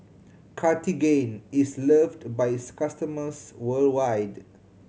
Cartigain is loved by its customers worldwide